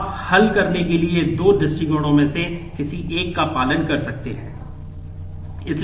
आप हल करने के लिए दो दृष्टिकोणों में से किसी एक का पालन कर सकते हैं